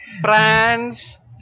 Friends